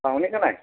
নাই